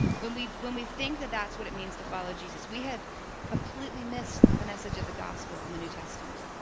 when we when we think that that's what it means to follow jesus, we have completely missed the message of the gospel in the new testament.